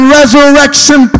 resurrection